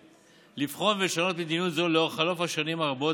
לבחון ולשנות מדיניות זו לאור חלוף השנים הרבות,